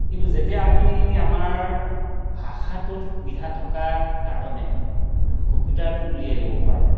কিন্তু যেতিয়া আমি আমাৰ ভাষাটোত সুবিধা থকাৰ কাৰণে আমি কম্পিউটাৰটোত উলিয়াই ল'ব পাৰোঁ